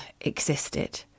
existed